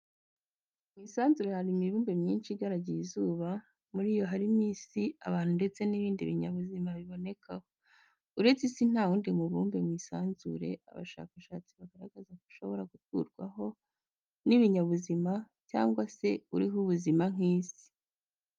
Mu isanzure hari imibumbe myinshi igaragiye izuba, muri yo harimo n'Isi abantu ndetse n'ibindi binyabuzima bibonekaho. Uretse Isi nta wundi mu bumbe mu isanzure abashakashatsi baragaragaza ko ushobora guturwaho n'ibinyabuzima cyangwa se uriho ubuzima nk'Isi.